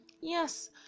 Yes